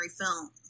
film